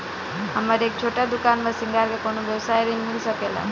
हमर एक छोटा दुकान बा श्रृंगार के कौनो व्यवसाय ऋण मिल सके ला?